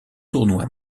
tournois